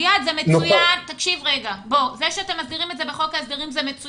זה שאתם מסדירים את זה בחוק ההסדרים, זה מצוין.